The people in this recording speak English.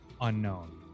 Unknown